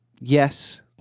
Yes